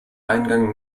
eingang